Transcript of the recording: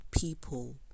people